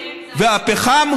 והפחם,